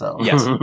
Yes